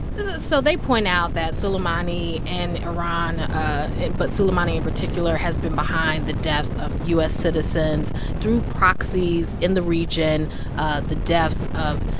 so they point out that soleimani and iran, and but soleimani in particular, has been behind the deaths of u s. citizens through proxies in the region ah the deaths of,